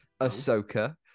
Ahsoka